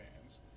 fans